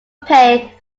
pay